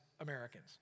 Americans